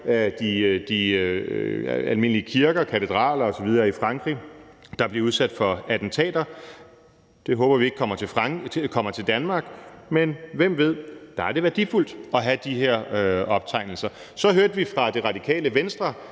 af de almindelige kirker og katedralerne osv. i Frankrig, der bliver udsat for attentater. Det håber vi ikke kommer til Danmark, men hvem ved. Der er det værdifuldt at have de her optegnelser. Så hørte vi fra Radikale Venstres